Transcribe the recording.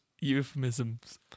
Euphemisms